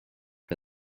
for